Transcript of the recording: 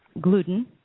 gluten